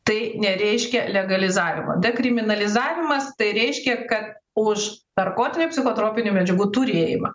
tai nereiškia legalizavimo dekriminalizavimas tai reiškia kad už narkotinių psichotropinių medžiagų turėjimą